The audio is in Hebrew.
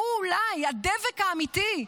שהוא אולי הדבק האמיתי,